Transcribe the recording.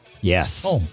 Yes